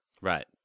Right